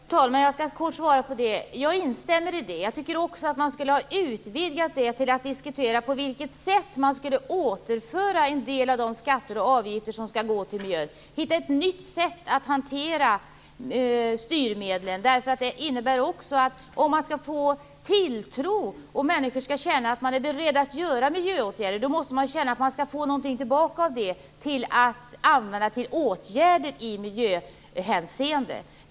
Fru talman! Jag skall kort svara på frågan. Jag instämmer i detta. Jag tycker också att man skulle ha utvidgat det hela till att diskutera på vilket sätt man skulle återföra en del av de skatter och avgifter som skall gå till miljön. Man måste hitta ett nytt sätt att hantera styrmedlen. Detta innebär nämligen också att om man skall få tilltro, och om människor skall känna att politiker är beredda att vidta miljöåtgärder, måste de också känna att de skall få något tillbaka till att använda till åtgärder i miljöhänseende.